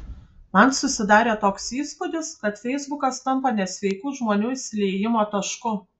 man susidarė toks įspūdis kad feisbukas tampa nesveikų žmonių išsiliejimo tašku